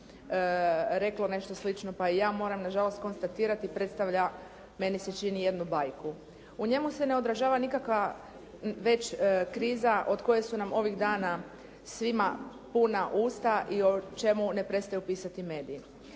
reklo nešto slično pa i ja moram na žalost konstatirati predstavlja meni se čini jednu bajku. U njemu se ne odražava nikakva već kriza od koje su nam ovih dana svima puna usta i o čemu ne prestaju pisati mediji.